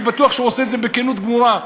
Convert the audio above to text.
ואני בטוח שהוא עושה את זה בכנות גמורה,